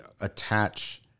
attach